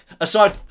Aside